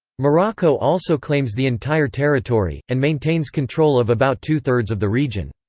morocco also claims the entire territory, and maintains control of about two-thirds of the region.